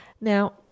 Now